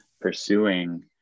pursuing